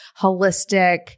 holistic